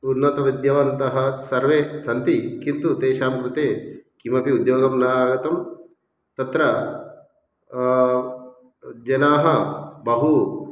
उन्नतविद्यावन्तः सर्वे सन्ति किन्तु तेषां कृते किमपि उद्योगः न आगतः तत्र जनाः बहु